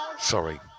Sorry